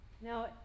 Now